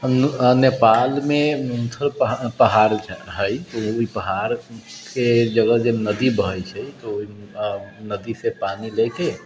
नेपालमे पहाड़ है पहाड़के जरे जे नदी बहै छै तऽ ओ नदीसँ पानि लेके